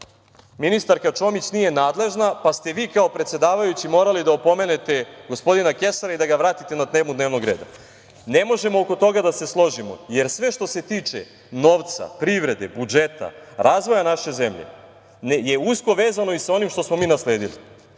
ministarka Čomić nije nadležna, pa ste vi kao predsedavajuća morali da opomenete gospodina Kesara i da ga vratite na temu dnevnog reda. Ne možemo oko toga da se složimo, jer sve što se tiče novca, privrede, budžeta, razvoja naše zemlje je usko vezano i sa onim što smo mi nasledili.